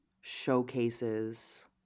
showcases